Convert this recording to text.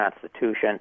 Constitution